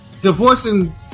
divorcing